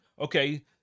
Okay